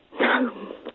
No